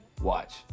Watch